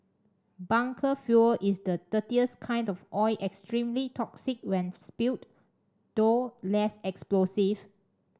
bunker fuel is the dirtiest kind of oil extremely toxic when spilled though less explosive